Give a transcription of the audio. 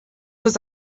was